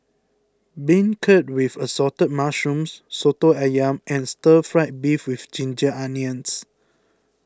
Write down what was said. Beancurd with Assorted Mushrooms Soto Ayam and Stir Fried Beef with Ginger Onions